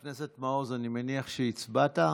חבר הכנסת מעוז, אני מניח שהצבעת.